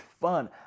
fun